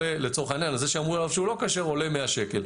ולצורך העניין זה שאמרו עליו שהוא לא כשר עולה 100 שקל.